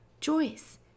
Joyce